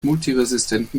multiresistenten